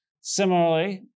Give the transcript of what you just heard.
Similarly